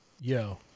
Yo